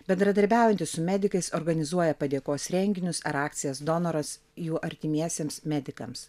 bendradarbiaujanti su medikais organizuoja padėkos renginius ar akcijas donoras jų artimiesiems medikams